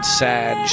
sad